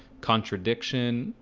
contradiction,